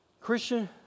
Christian